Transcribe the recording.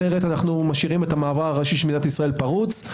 אחרת אנו משאירים את המעבר הראשי של מדינת ישראל פרוץ,